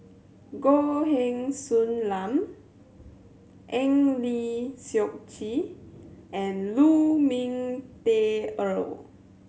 Goh Heng Soon Eng Lee Seok Chee and Lu Ming Teh Earl